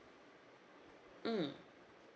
mm